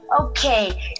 okay